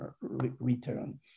return